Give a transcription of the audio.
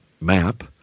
map